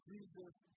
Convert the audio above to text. Jesus